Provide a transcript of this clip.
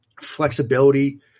flexibility